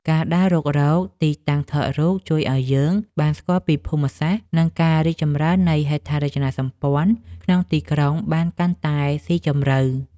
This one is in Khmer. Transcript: ការដើររុករកទីតាំងថតរូបជួយឱ្យយើងបានស្គាល់ពីភូមិសាស្ត្រ និងការរីកចម្រើននៃហេដ្ឋារចនាសម្ព័ន្ធក្នុងទីក្រុងបានកាន់តែស៊ីជម្រៅ។